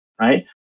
right